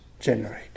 generate